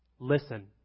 Listen